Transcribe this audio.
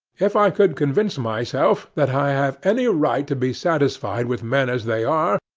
if i could convince myself that i have any right to be satisfied with men as they are,